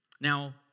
Now